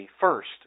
first